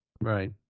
Right